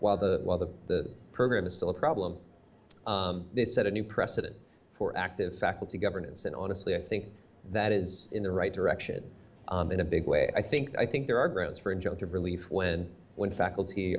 while the while the program is still a problem they set a new precedent for active faculty governance and honestly i think that is in the right direction in a big way i think i think there are grounds for injunctive relief when when faculty